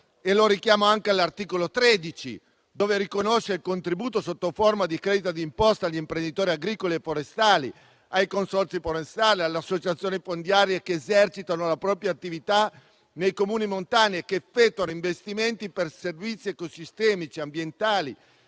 Richiamo anche l'articolo 13, che riconosce il contributo, sotto forma di credito d'imposta, agli imprenditori agricoli e forestali, ai consorzi forestali e alle associazioni fondiarie che esercitano la propria attività nei Comuni montani e che effettuano investimenti per servizi ecosistemici ambientali,